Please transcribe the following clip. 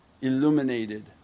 illuminated